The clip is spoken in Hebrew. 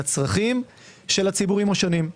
לצרכים של הציבורים השונים.